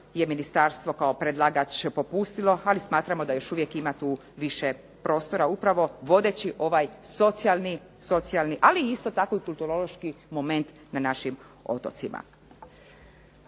je ministarstvo kao predlagač popustilo. Ali smatramo da još uvijek ima tu više prostora upravo vodeći ovaj socijalni ali isto tako i kulturološki moment na našim otocima.